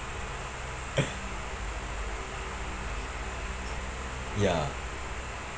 ya